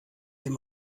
dem